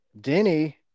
Denny